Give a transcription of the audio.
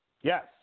yes